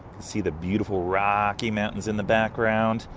see the beautiful rocky mountains in the background.